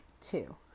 two